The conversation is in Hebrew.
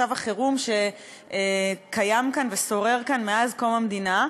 מצב החירום שקיים כאן ושורר כאן מאז קום המדינה.